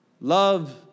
love